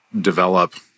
develop